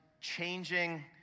changing